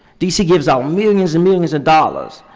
dc gives out millions and millions of dollars,